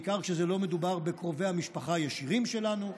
בעיקר כשלא מדובר בקרובי המשפחה הישירים שלנו.